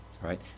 right